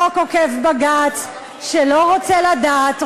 חוק עוקף-בג"ץ שלא רוצה לדעת,